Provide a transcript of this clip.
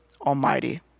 Almighty